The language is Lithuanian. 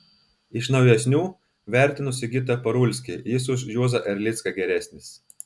iš naujesnių vertinu sigitą parulskį jis už juozą erlicką geresnis